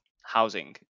housing